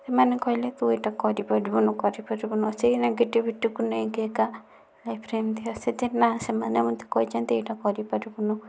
ସେମାନେ କହିଲେ ତୁ ଏଇଟା କରିପାରିବୁନୁ କରିପାରିବୁନୁ ସେହି ନେଗେଟିଭିଟିକୁ ନେଇକି ଏକା ଲାଇଫରେ ଏମିତି ଆସିଛି ନା ସେମାନେ ମୋତେ କହିଛନ୍ତି ଏଇଟା କରିପାରିବୁନୁ